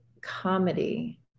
comedy